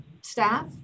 staff